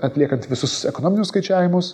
atliekant visus ekonominius skaičiavimus